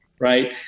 right